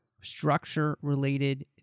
structure-related